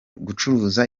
gucuruza